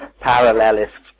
parallelist